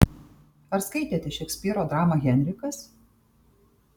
ar skaitėte šekspyro dramą henrikas